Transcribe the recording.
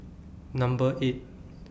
Number eight